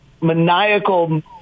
maniacal